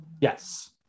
yes